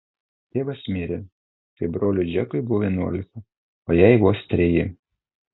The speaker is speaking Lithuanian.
tėvas mirė kai broliui džekui buvo vienuolika o jai vos treji